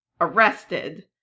arrested